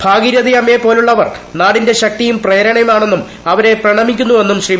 ഭാഗീരഥിയമ്മയെപ്പോലുള്ളവർ നാടിന്റെ ശക്തിയും പ്രേരണയുമാണെന്നും അവരെ പ്രണമിക്കുന്നുവെന്നും ശ്രീ